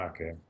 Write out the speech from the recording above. Okay